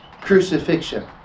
crucifixion